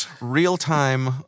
Real-time